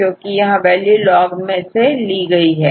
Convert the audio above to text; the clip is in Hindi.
क्योंकि यहां वैल्यू लॉग से ली गई है